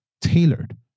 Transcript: tailored